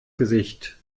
gesicht